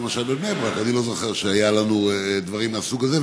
למשל בבני ברק אני לא זוכר שהיו לנו דברים מהסוג הזה,